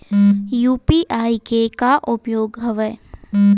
UPI के का उपयोग हवय?